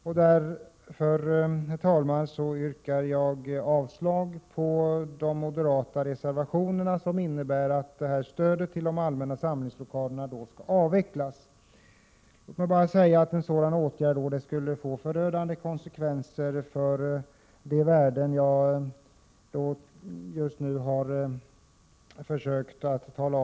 Jag yrkar därför, herr talman, avslag på de moderata reservationerna, i vilka det yrkas att stödet till allmänna samlingslokaler skall avvecklas. Låt mig säga att en sådan åtgärd skulle få förödande konsekvenser för de värden jag här tidigare har försökt framhålla.